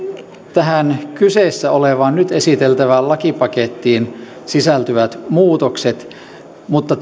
tähän kyseessä olevaan nyt esiteltävään lakipakettiin sisältyvät muutokset mutta